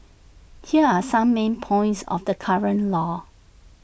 here are some main points of the current law